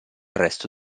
resto